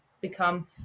become